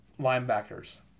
Linebackers